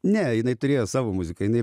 ne jinai turėjo savo muziką jinai